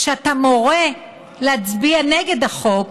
כשאתה מורה להצביע נגד החוק